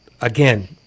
again